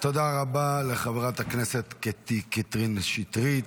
תודה רבה לחברת הכנסת קטי קטרין שטרית.